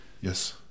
yes